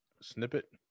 Snippet